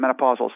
menopausal